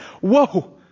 whoa